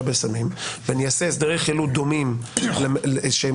בסמים ואעשה הסדרי חילוט דומים שמתאימים,